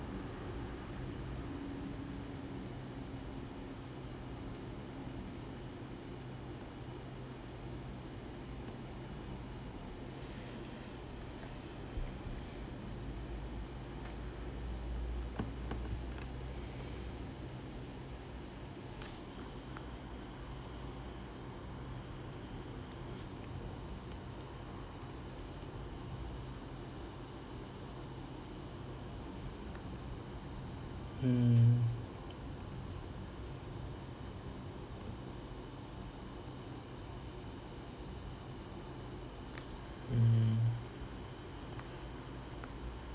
hmm mm